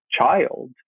child